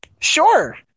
Sure